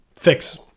Fix